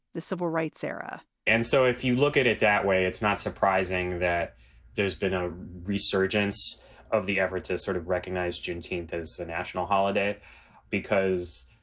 the civil rights era and so if you look at it that way, it's not surprising that there's been a resurgence of the effort to sort of recognize juneteenth as a national holiday because,